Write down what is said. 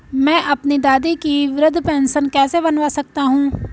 मैं अपनी दादी की वृद्ध पेंशन कैसे बनवा सकता हूँ?